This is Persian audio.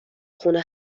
خونه